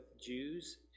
Jews